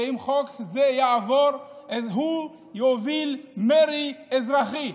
שאם חוק זה יעבור הוא יוביל מרי אזרחי.